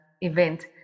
event